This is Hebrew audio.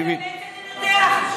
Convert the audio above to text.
אתה רוצה באמת שננתח?